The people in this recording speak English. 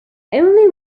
only